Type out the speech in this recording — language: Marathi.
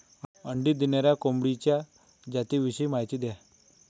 अंडी देणाऱ्या कोंबडीच्या जातिविषयी माहिती द्या